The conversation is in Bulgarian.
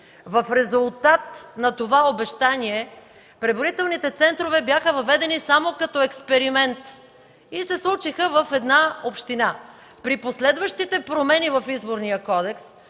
В резултат на това обещание преброителните центрове бяха въведени само като експеримент и се случиха в една община. При последващите промени в Изборния кодекс,